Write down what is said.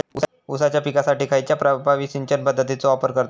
ऊसाच्या पिकासाठी खैयची प्रभावी सिंचन पद्धताचो वापर करतत?